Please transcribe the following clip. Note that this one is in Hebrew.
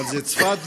אבל זה צפת ונהריה,